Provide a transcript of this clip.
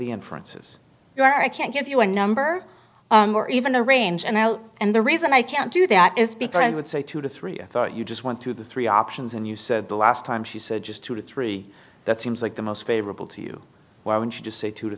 the inferences you're i can't give you a number or even a range and and the reason i can't do that is because i would say two to three i thought you just went through the three options and you said the last time she said just two or three that seems like the most favorable to you why would you just say two to